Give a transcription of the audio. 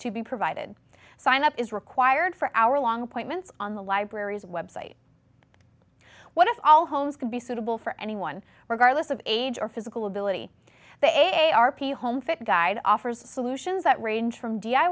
to be provided sign up is required for our long points on the library's website what if all homes can be suitable for anyone regardless of age or physical ability they are p home fit guide offers solutions that range from d i